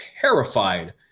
terrified